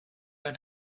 and